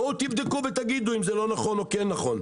בואו תבדקו ותגידו אם זה לא נכון או כן נכון.